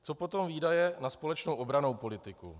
Co potom výdaje na společnou obrannou politiku?